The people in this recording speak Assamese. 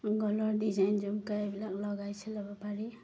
গলৰ ডিজাইন জুমকা এইবিলাক লগাই চিলাব পাৰি